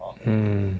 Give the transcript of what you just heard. mm